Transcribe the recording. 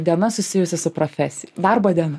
diena susijusi su profesija darbo diena